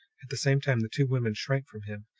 at the same time the two women shrank from him,